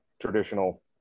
traditional